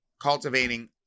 cultivating